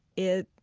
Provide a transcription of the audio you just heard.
it,